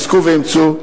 חזקו ואמצו.